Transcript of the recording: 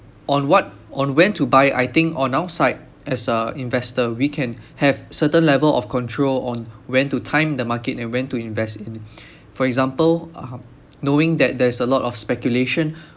on what on when to buy I think on our side as a investor we can have certain level of control on when to time the market and when to invest in for example uh knowing that there is a lot of speculation